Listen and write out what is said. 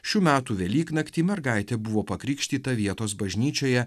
šių metų velyknaktį mergaitė buvo pakrikštyta vietos bažnyčioje